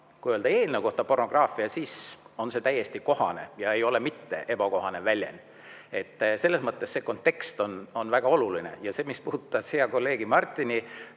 Kui öelda eelnõu kohta pornograafia, siis on see täiesti kohane ega ole mitte ebakohane väljend. Selles mõttes kontekst on väga oluline. Mis puutub hea kolleegi Martini